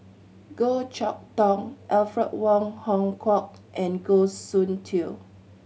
Goh Chok Tong Alfred Wong Hong Kwok and Goh Soon Tioe